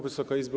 Wysoka Izbo!